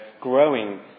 growing